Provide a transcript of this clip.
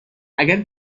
اگر